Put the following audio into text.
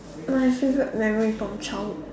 my favourite memory from childhood